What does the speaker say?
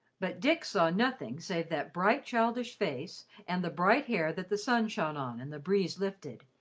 but dick saw nothing save that bright, childish face and the bright hair that the sun shone on and the breeze lifted,